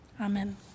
Amen